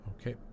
Okay